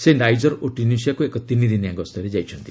ସେ ନାଇଜର ଓ ଟ୍ୟୁନିଆସିକୁ ଏକ ତିନି ଦିନିଆ ଗସ୍ତରେ ଯାଇଛନ୍ତି